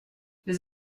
les